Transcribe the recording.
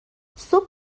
صبح